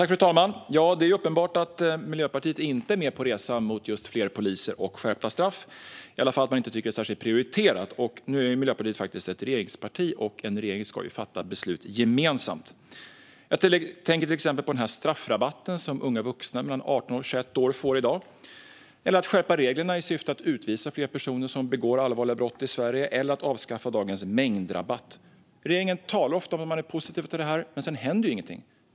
Fru talman! Det är uppenbart att Miljöpartiet inte är med på resan mot fler poliser och skärpta straff. I varje fall tycker man att det inte är särskilt prioriterat. Nu är Miljöpartiet ett regeringsparti, och en regering ska fatta beslut gemensamt. Jag tänker till exempel på straffrabatten som unga vuxna i åldern 18-21 år får i dag, att skärpa reglerna i syfte att utvisa fler personer som begår allvarliga brott i Sverige eller att avskaffa dagens mängdrabatt. Regeringen talar ofta om att den är positiv till det, men sedan händer ingenting.